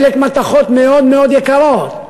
חלק מתכות מאוד מאוד יקרות.